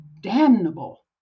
damnable